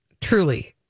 Truly